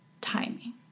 timing